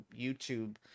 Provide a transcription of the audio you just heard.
YouTube